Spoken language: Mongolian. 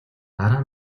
дараа